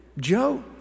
Joe